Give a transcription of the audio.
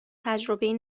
تجربهای